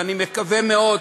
ואני מקווה מאוד,